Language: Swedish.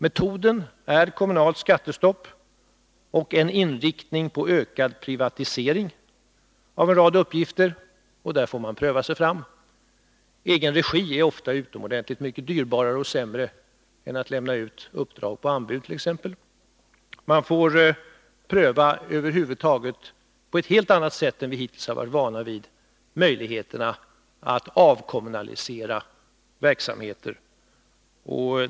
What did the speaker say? Metoden är kommunalt skattestopp och en inriktning på ökad privatisering av en rad uppgifter. Där får man pröva sig fram. Att driva verksamhet i egen regi t.ex. är ofta utomordentligt mycket dyrbarare och sämre än att lämna ut uppdrag på anbud. Man får över huvud taget på ett helt annat sätt än vi hittills varit vana vid pröva möjligheterna att avkommunalisera verksamheter.